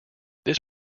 this